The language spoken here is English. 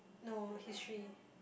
no history